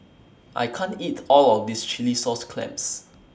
I can't eat All of This Chilli Sauce Clams